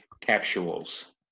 capsules